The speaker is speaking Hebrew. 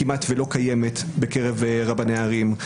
כמעט ולא קיימת בקרב רבני ערים,